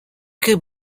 could